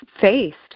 faced